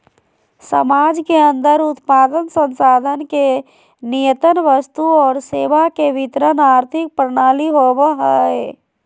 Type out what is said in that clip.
समाज के अन्दर उत्पादन, संसाधन के नियतन वस्तु और सेवा के वितरण आर्थिक प्रणाली होवो हइ